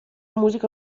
musica